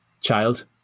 child